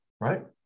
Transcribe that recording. right